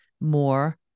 more